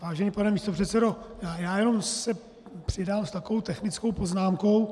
Vážený pane místopředsedo, já se jenom přidám s takovou technickou poznámkou.